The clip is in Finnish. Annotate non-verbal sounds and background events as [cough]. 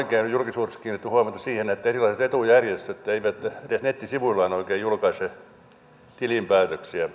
julkisuudessa kiinnitetty huomiota siihen että erilaiset etujärjestöt eivät edes nettisivuillaan oikein julkaise tilinpäätöksiä [unintelligible]